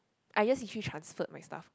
I just literally transferred my stuff